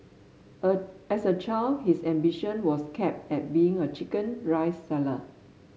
as as a child his ambition was capped at being a chicken rice seller